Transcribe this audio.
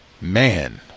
man